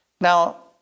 Now